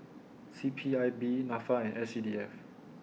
C P I B Nafa and S C D F